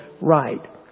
right